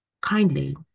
kindly